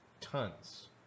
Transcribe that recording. tons